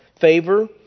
favor